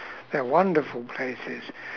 they're wonderful places